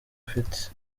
ufite